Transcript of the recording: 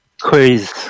quiz